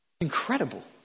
Incredible